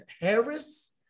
Harris